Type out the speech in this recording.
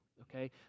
okay